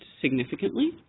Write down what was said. significantly